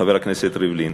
חבר הכנסת ריבלין,